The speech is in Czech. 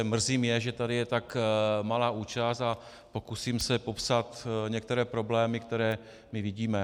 Mrzí mě, že tady je tak malá účast, a pokusím se popsat některé problémy, které vidíme.